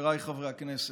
חבריי חברי הכנסת,